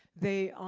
they